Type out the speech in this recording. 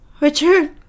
Richard